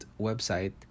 website